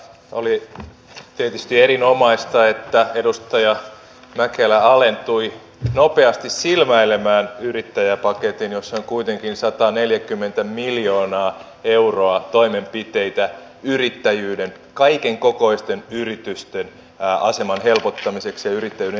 oli miellyttävää kuulla että edustaja mäkelä alentui nopeasti silmäilemään yrittäjäpaketin jossa ministeri sanoi että tekee kaikkensa sen eteen että työllisyys paranisi ennusteita nopeammin